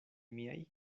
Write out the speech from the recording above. miaj